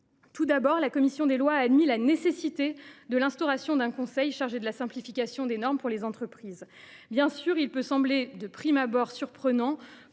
Tout d’abord, la commission des lois a admis la nécessité d’instaurer un conseil chargé de la simplification des normes pour les entreprises. Bien sûr, il peut sembler de prime abord surprenant,